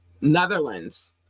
netherlands